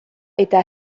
eta